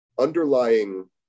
underlying